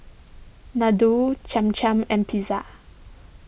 Ladoo Cham Cham and Pizza